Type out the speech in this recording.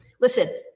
Listen